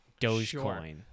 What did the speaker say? Dogecoin